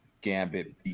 Gambit